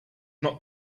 not